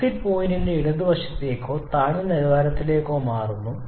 exit point ഇടതുവശത്തേക്കോ താഴ്ന്ന നിലവാരത്തിലേക്കോ മാറുന്നു